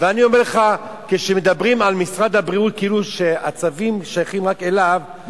אני אומר שכשמדברים על משרד הבריאות כאילו הצווים שייכים רק אליו,